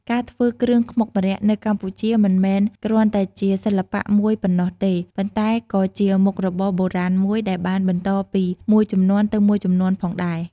ការធ្វើគ្រឿងខ្មុកម្រ័ក្សណ៍៍នៅកម្ពុជាមិនមែនគ្រាន់តែជាសិល្បៈមួយប៉ុណ្ណោះទេ ប៉ុន្តែក៏ជាមុខរបរបុរាណមួយដែលបានបន្តពីមួយជំនាន់ទៅមួយជំនាន់ផងដែរ។